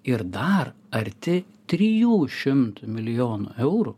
ir dar arti trijų šimtų milijonų eurų